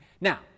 Now